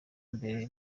mbere